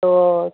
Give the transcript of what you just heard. તો